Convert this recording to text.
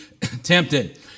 tempted